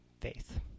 faith